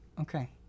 Okay